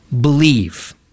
Believe